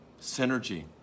synergy